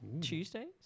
Tuesdays